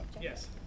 Yes